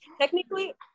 Technically